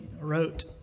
wrote